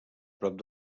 prop